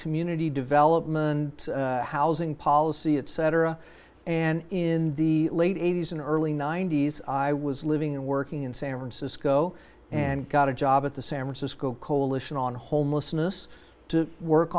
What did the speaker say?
community development housing policy etc and in the late eighty's and early ninety's i was living and working in san francisco and got a job at the san francisco coalition on homelessness to work